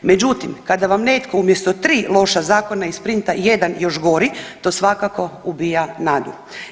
Međutim, kada vam netko umjesto 3 loša zakona isprinta jedna još gori to svakako ubija nadu.